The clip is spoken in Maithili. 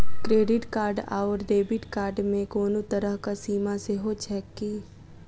क्रेडिट कार्ड आओर डेबिट कार्ड मे कोनो तरहक सीमा सेहो छैक की?